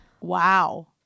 wow